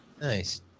Nice